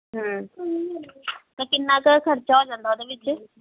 ਅਤੇ ਕਿੰਨਾ ਕੁ ਖਰਚਾ ਹੋ ਜਾਂਦਾ ਉਹਦੇ ਵਿੱਚ